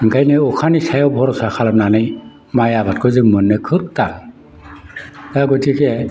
ओंखायनो अखानि सायाव भरसा खालामनानै माइ आबादखौ जों मोननो खोब थान दा गथिखे